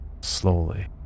slowly